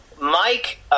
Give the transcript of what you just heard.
Mike